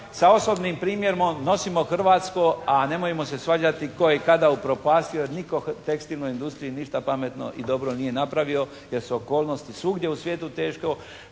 sa osobnim primjerom nosimo hrvatsko, a nemojmo se svađati tko je i kada upropastio? Nitko tekstilnoj industriji ništa pametno i dobro nije napravio jer su okolnosti svugdje u svijetu teške.